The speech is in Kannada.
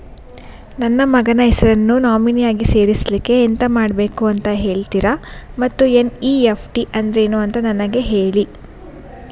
ನನ್ನ ಮಗನ ಹೆಸರನ್ನು ನಾಮಿನಿ ಆಗಿ ಸೇರಿಸ್ಲಿಕ್ಕೆ ಎಂತ ಮಾಡಬೇಕು ಅಂತ ಹೇಳ್ತೀರಾ ಮತ್ತು ಎನ್.ಇ.ಎಫ್.ಟಿ ಅಂದ್ರೇನು ಅಂತ ನನಗೆ ಹೇಳಿ